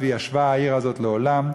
"וישבה העיר הזאת לעולם".